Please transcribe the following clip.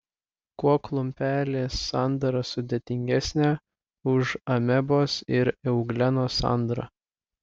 kuo klumpelės sandara sudėtingesnė už amebos ir euglenos sandarą